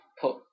put